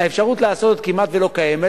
האפשרות לעשות כמעט לא קיימת.